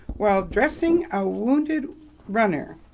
while dressing a wounded runner,